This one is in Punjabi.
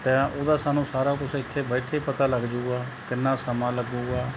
ਅਤੇ ਉਹਦਾ ਸਾਨੂੰ ਸਾਰਾ ਕੁਛ ਐਥੇ ਬੈਠੇ ਪਤਾ ਲੱਗ ਜਾਊਗਾ ਕਿੰਨਾ ਸਮਾਂ ਲੱਗੂਗਾ